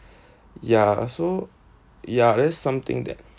yeah also yeah that is something that